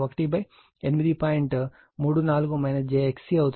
34 j XC అవుతుంది